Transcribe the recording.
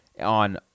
on